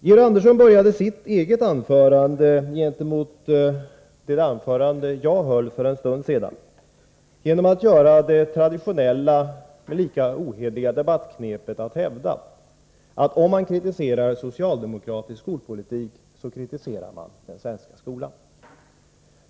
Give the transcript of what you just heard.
Georg Andersson började sitt eget anförande gentemot det inlägg jag gjorde för en stund sedan, med att framföra det traditionella men ohederliga debattknepet att hävda, att om man kritiserar socialdemokratisk skolpolitik, kritiserar man den svenska skolan.